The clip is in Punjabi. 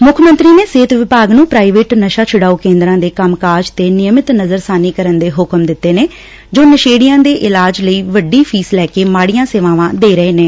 ਮੁੱਖ ਮੰਤਰੀ ਨੇ ਸਿਹਤ ਵਿਭਾਗ ਨੂੰ ਪ੍ਰਾਈਵੇਟ ਨਸ਼ਾ ਛੁਡਾਉ ਕੇਂਦਰਾਂ ਦੇ ਕੰਮਕਾਜ ਤੇ ਨਿਯਮਿਤ ਨਜ਼ਰਸ਼ਾਨੀ ਕਰਨ ਦੇ ਹੁਕਮ ਦਿੱਤੇ ਨੇ ਜੋ ਨਸ਼ੇਤੀਆਂ ਦੇ ਇਲਾਜ ਲਈ ਵੱਡੀ ਫੀਸ ਲੈ ਕੇ ਮਾਤੀਆਂ ਸੇਵਾਵਾਂ ਦੇ ਰਹੇ ਨੇ